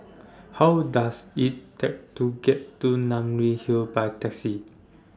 How Does IT Take to get to Namly Hill By Taxi